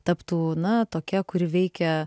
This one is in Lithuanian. taptų na tokia kuri veikia